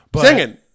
Singing